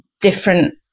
different